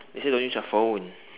they say don't use your phone